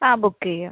ആ ബുക്ക് ചെയ്യാം